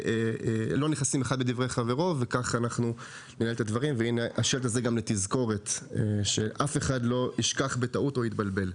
נגיע לנקודה הזו בשלב מאוחר יותר